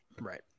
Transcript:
Right